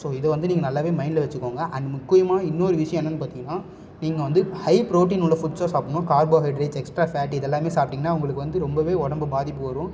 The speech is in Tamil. ஸோ இதை வந்து நீங்கள் நல்லாவே மைண்ட்டில் வச்சுக்கோங்க அண்ட் முக்கியமான இன்னொரு விஷயம் என்னென்று பார்த்திங்கன்னா நீங்கள் வந்து ஹை புரோட்டீன் உள்ள ஃபுட்ஸாக சாப்பிட்ணும் கார்போஹைட்ரேட்ஸ் எக்ஸ்ட்ரா ஃபேட் இதெல்லாமே சாப்பிட்டிங்கன்னா உங்களுக்கு வந்து ரொம்பவே உடம்பு பாதிப்பு வரும்